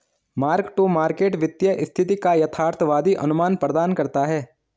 mark to market वित्तीय स्थिति का यथार्थवादी अनुमान प्रदान करता है